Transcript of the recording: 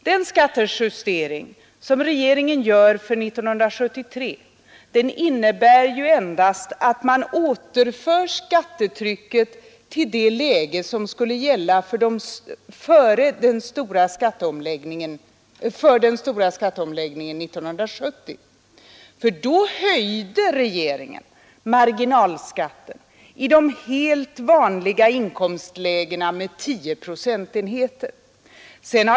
Den skattejustering som regeringen gör för 1973 innebär endast att man återför skattetrycket till det läge som skulle gälla för den stora skatteomläggningen 1970. Då höjde regeringen marginalskatten i de helt vanliga inkomstlägena med 10 procentenheter.